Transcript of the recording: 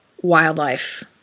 wildlife